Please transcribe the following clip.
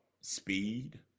speed